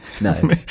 no